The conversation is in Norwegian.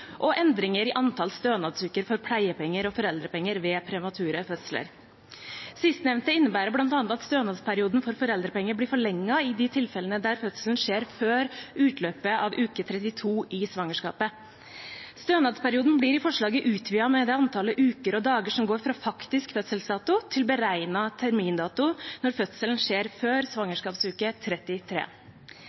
og endringer i antall stønadsuker for pleiepenger og foreldrepenger ved premature fødsler. Sistnevnte innebærer bl.a. at stønadsperioden for foreldrepenger blir forlenget i de tilfellene der fødselen skjer før utløpet av uke 32 i svangerskapet. Stønadsperioden blir i forslaget utvidet med det antallet uker og dager som går fra faktisk fødselsdato til beregnet termindato, når fødselen skjer før svangerskapsuke 33.